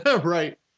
Right